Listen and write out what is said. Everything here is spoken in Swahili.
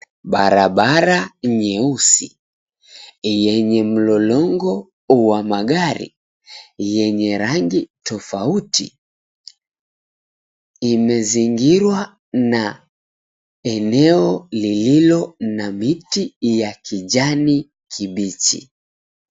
Barabara nyeusi yenye mlolongo wa magari yenye rangi tofauti imezingirwa na eneo lililo na miti ya kijani kibichi.